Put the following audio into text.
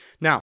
Now